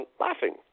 laughing